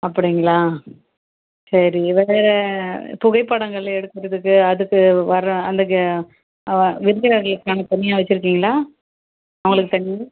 அப்படிங்களா சரிங்க வேறு புகைப்படங்கள் எடுக்கிறதுக்கு அதுக்கு வர அந்த கே விருந்தினர்களுக்குக்கான தனியாக வச்சுருக்கீங்களா அவங்களுக்கு தனியாக